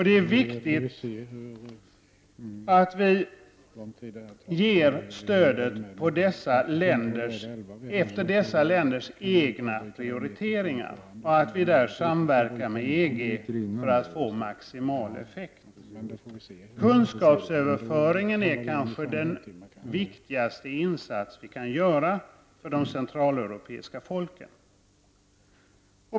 Det är viktigt att vi ger stöd efter dessa länders egna prioriteringar och att vi samverkar med EG för att få maximal effekt. Kunskapsöverföringar kanske är den viktigaste insats vi kan göra för de centraleuropeiska folken.